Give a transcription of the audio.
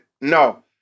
no